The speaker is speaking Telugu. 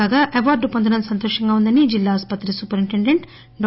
కాగా అవార్లు పొందడం సంతోషంగా ఉందని జిల్లా ఆసుపత్రి సూపరింటెండెంట్ డా